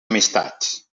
amistats